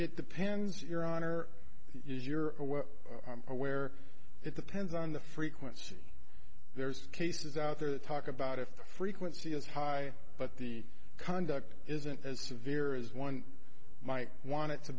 it depends your honor is you're aware it depends on the frequency there's cases out there to talk about if the frequency is high but the conduct isn't as severe as one might want it to